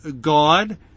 God